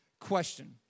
question